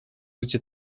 gdzie